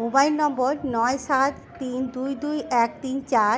mobile number নয় সাত তিন দুই দুই এক তিন চার